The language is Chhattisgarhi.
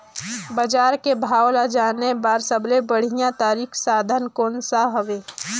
बजार के भाव ला जाने बार सबले बढ़िया तारिक साधन कोन सा हवय?